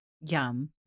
Yum